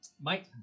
Mike